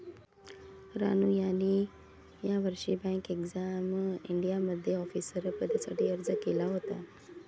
रानू यांनी यावर्षी bank exam इंडियामध्ये ऑफिसर पदासाठी अर्ज केला होता